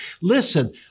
Listen